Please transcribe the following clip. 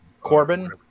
Corbin